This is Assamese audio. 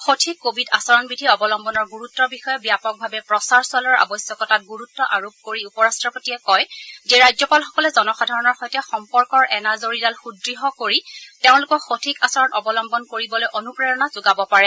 সঠিক কোভিড আচৰণবিধি অৱলম্মনৰ গুৰুত্বৰ বিষয়ে ব্যাপকভাৱে প্ৰচাৰ চলোৱাৰ আৱশ্যকতাত গুৰুত্ আৰোপ কৰি উপ ৰাট্টপতিয়ে কয় যে ৰাজ্যপালসকলে জনসাধাৰণৰ সৈতে সম্পৰ্কৰ এনাজৰীডাল সূদ্য় কৰি তেওঁলোকক সঠিক আচৰণ অৱলম্বন কৰিবলৈ অনুপ্ৰেৰণা যোগাব পাৰে